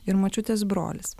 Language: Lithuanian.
ir močiutės brolis